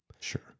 Sure